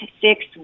six